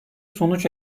sonuç